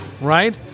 Right